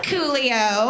Coolio